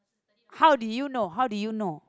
how did you know how did you know